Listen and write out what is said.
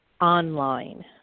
online